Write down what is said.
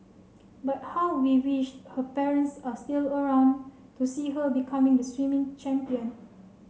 but how we wished her parents are still around to see her becoming a swimming champion